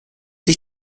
sich